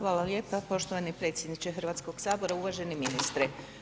Hvala lijepa poštovani predsjedniče Hrvatskog sabora, uvaženi ministre.